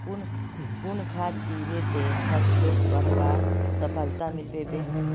कुन खाद दिबो ते फसलोक बढ़वार सफलता मिलबे बे?